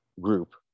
group